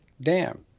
Dam